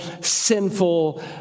sinful